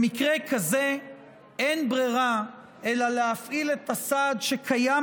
במקרה כזה אין ברירה אלא להפעיל את הסעד שקיים